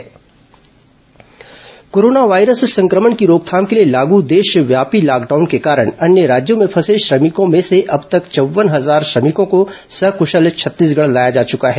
corona श्रमिक वापसी corona virus संक्रमण की रोकथाम के लिए लागू देशव्यापी लॉकडाउन के कारण अन्य राज्यों में फंसे श्रमिकों में से अब तक चौव्न हजार श्रमिकों को सकृशल छत्तीसगढ लाया जा चुका है